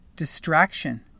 Distraction